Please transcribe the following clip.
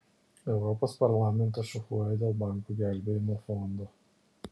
europos parlamentas šachuoja dėl bankų gelbėjimo fondo